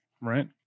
right